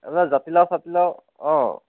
এইবিলাক জাতিলাও চাতিলাও অঁ